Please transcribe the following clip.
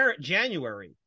January